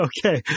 Okay